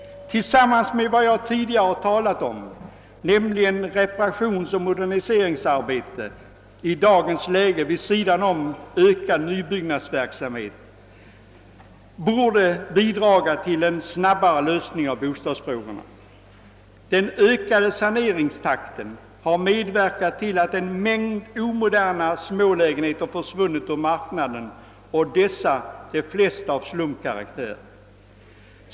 Tillsammans med vad jag tidigare har talat om, nämligen reparationsoch moderniseringsarbete i dagens läge vid sidan av ökad nybyggnadsverksamhet, borde detta bidraga till en lösning av bostadsfrågorna. Den ökade saneringstakten har medverkat till att en mängd omoderna smålägenheter försvunnit ur marknaden, och av dessa är de flesta av slumkaraktär.